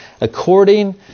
according